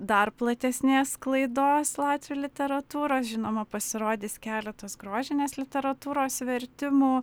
dar platesnės sklaidos latvių literatūros žinoma pasirodys keletas grožinės literatūros vertimų